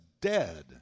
dead